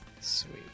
Sweet